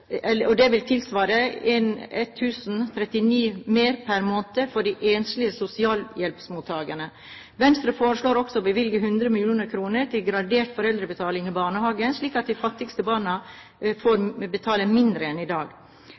og det vil tilsvare 1 039 kr mer per måned for de enslige sosialhjelpsmottakerne. Venstre foreslår også å bevilge 100 mill. kr til gradert foreldrebetaling i barnehager, slik at de fattigste barna betaler mindre enn i dag.